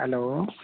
hello